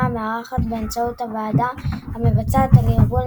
המארחת באמצעות הוועדה המבצעת של הארגון,